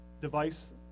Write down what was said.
device